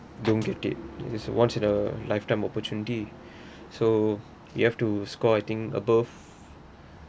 don't get it's a once in a lifetime opportunity so you have to score I think above